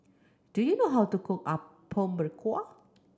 do you know how to cook Apom Berkuah